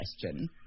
question